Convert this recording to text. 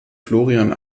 florian